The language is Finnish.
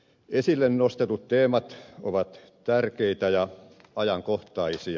esille nostetut teemat ovat tärkeitä ja ajankohtaisia